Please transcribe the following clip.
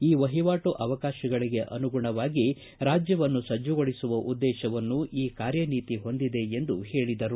ಈ ವಹಿವಾಟು ಅವಕಾಶಗಳಿಗೆ ಅನುಗುಣವಾಗಿ ರಾಜ್ಯವನ್ನು ಸಜ್ಜುಗೊಳಿಸುವ ಉದ್ದೇಶವನ್ನು ಈ ಕಾರ್ಯನೀತಿ ಹೊಂದಿದೆ ಎಂದು ಹೇಳಿದರು